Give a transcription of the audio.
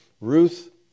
Ruth